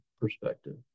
perspective